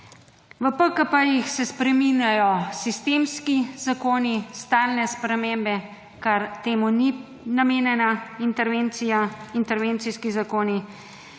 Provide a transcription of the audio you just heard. V PKP-jih se spreminjajo sistemski zakoni, stalne spremembe, kar temu ni namenjena intervencija, intervencijski zakoni